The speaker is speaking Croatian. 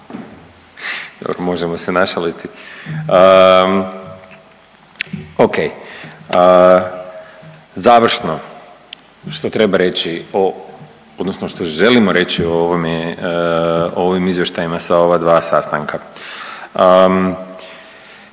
Dobro, možemo se našaliti. Okej. Završno što treba reći o, odnosno što želimo reći o ovome, o ovim izvještajima sa ova dva sastanka.